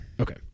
Okay